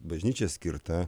bažnyčia skirta